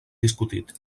discutit